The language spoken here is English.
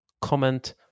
comment